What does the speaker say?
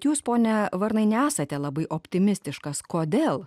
jūs pone varnai nesate labai optimistiškas kodėl